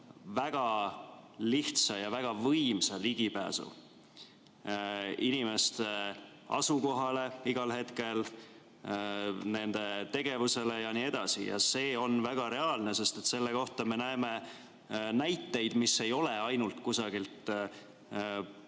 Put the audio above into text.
väga lihtsa ja võimsa ligipääsu inimeste asukohale, nende tegevusele jne. See on väga reaalne, sest selle kohta me näeme näiteid, mis ei ole ainult kusagilt